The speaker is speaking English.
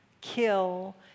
kill